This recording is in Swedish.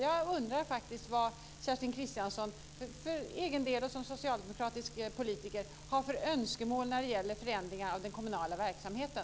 Jag undrar vad Kerstin Kristiansson Karlstedt, för egen del och som socialdemokratisk politiker, har för önskemål när det gäller förändringar av den kommunala verksamheten.